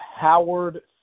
Howard